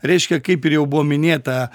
reiškia kaip ir jau buvo minėta